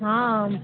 ହଁ